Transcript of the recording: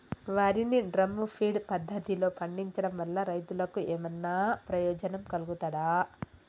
వరి ని drum feed పద్ధతిలో పండించడం వల్ల రైతులకు ఏమన్నా ప్రయోజనం కలుగుతదా?